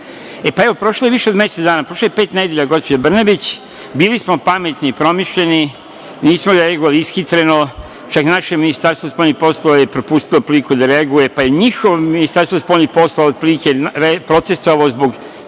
itd. Evo, prošlo je više od mesec dana, prošlo je pet nedelja, gospođo Brnabić, bili smo pametni i promišljeni, nismo reagovali ishitreno, čak naše Ministarstvo spoljnih poslova je propustilo priliku da reaguje, pa je njihovo Ministarstvo spoljnih poslova otprilike protestovalo zbog